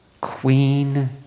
Queen